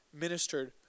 ministered